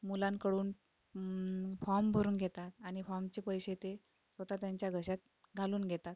मुलांकडून फॉर्म भरून घेतात आणि फॉर्मचे पैसे ते स्वतः त्यांच्या घशात घालून घेतात